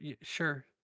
Sure